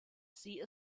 sie